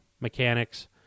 mechanics